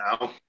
now